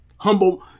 humble